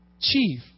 chief